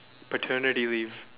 paternity leave